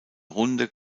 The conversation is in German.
runde